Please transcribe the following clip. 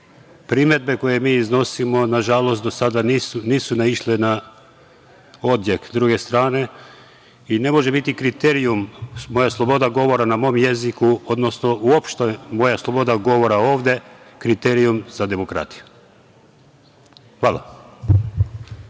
Primedbe koje mi iznosimo, na žalost do sada nisu naišle na odjek s druge strane i ne može biti kriterijum moja sloboda govora na mom jeziku, odnosno uopšte moja sloboda govora ovde kriterijum za demokratiju. Hvala.